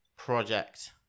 project